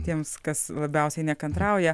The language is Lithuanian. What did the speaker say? tiems kas labiausiai nekantrauja